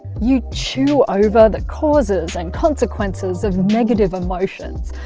you chew over the causes and consequences of negative emotions,